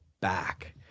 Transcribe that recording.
back